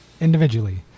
individually